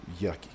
Yucky